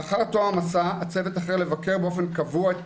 לאחר תום המסע הצוות החל לבקר באופן קבוע את